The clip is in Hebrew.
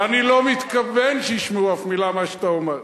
ואני לא מתכוון שישמעו אף מלה ממה שאתה אומר.